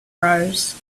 rose